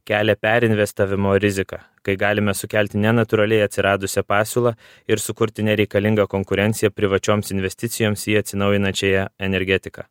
kelia perinvestavimo riziką kai galime sukelti nenatūraliai atsiradusią pasiūlą ir sukurti nereikalingą konkurenciją privačioms investicijoms į atsinaujinančiąją energetiką